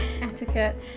etiquette